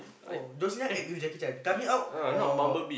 oh John-Cena act with Jackie-Chan coming out or